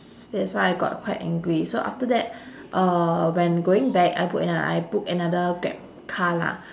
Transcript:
that's why I got quite angry so after that uh when going back I book anot~ I book another grab car lah